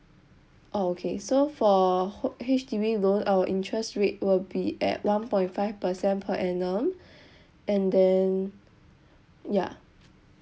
oh okay so for ho~ H_D_B loan our interest rate will be at one point five percent per annum and then ya